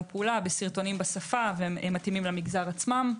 פעולה בסרטונים בשפה והם מתאימים למגזר עצמם.